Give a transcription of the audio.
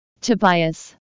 Tobias